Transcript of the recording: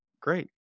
Great